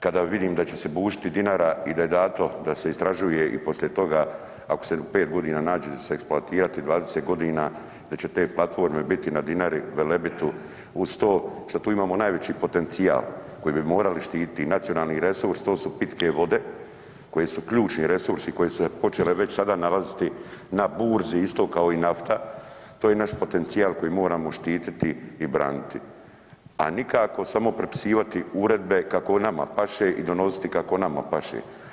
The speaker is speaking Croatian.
Kada vidim da će se bušiti Dinara i da je dato da se istražuje i poslije toga ako se u 5.g. nađe da će se eksploatirati 20.g. da će te platforme biti na Dinari, Velebitu uz to šta tu imamo najveći potencijal koji bi morali štititi i nacionalni resurs to su pitke vode koje su ključni resurs i koje su se počele već sada nalaziti na burzi isto kao i nafta, to je naš potencijal koji moramo štititi i braniti, a nikako samo prepisivati uredbe kako nama paše i donositi kako nama paše.